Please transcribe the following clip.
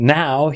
now